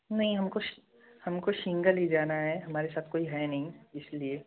नहीं हमको सि हमको शिगल ही जाना है हमारे साथ कोई है नहीं इसलिए